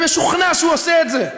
אני משוכנע שהוא עושה את זה,